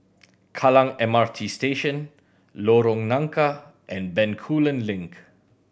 Kallang M R T Station Lorong Nangka and Bencoolen Link